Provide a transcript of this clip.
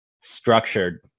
structured